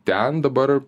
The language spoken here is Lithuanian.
ten dabar